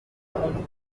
baramujyana